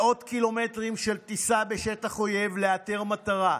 מאות קילומטרים של טיסה בשטח אויב לאתר מטרה,